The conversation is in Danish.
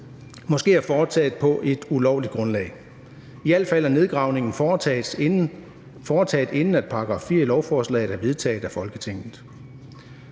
måske er foretaget på et ulovligt grundlag. I al fald er nedgravningen foretaget, inden § 4 i lovforslaget er vedtaget af Folketinget.